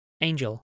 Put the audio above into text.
Angel